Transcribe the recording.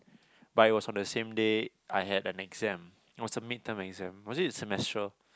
but it was on the same day I had an exam it was the mid term exam or was it the semestrial